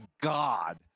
God